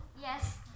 Yes